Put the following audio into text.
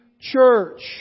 church